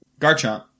Garchomp